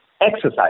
Exercise